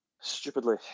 Stupidly